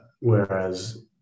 whereas